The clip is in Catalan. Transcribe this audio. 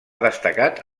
destacat